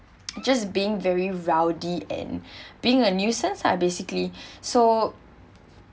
just being very rowdy and being a nuisance lah basically so